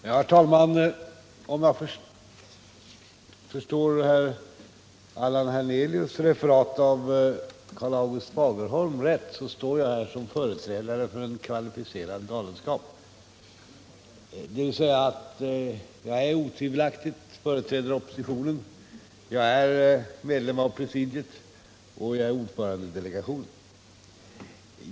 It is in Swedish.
Herr talman! Om jag förstår herr Hernelius referat av Karl-August Fagerholms memoarer rätt så står jag här som företrädare för en kvalificerad galenskap — jag företräder otvivelaktigt oppositionen, jag är medlem av Nordiska rådets presidium och jag är ordförande i rådets svenska 2 delegation.